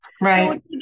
Right